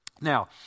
Now